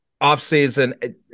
offseason